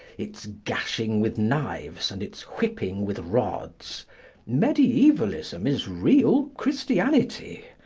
its gashing with knives, and its whipping with rods mediaevalism is real christianity,